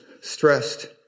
stressed